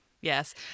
Yes